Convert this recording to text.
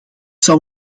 zou